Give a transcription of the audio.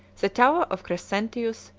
the tower of crescentius,